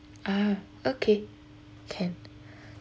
ah okay can